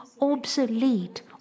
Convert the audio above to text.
obsolete